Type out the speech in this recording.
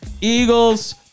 Eagles